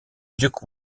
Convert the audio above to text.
duke